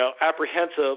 apprehensive